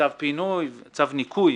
צו ניקוי